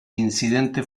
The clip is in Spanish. incidente